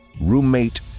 Roommate